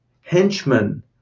henchman